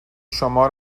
شما